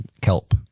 kelp